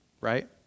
right